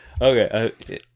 Okay